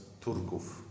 Turków